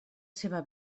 seva